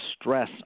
stress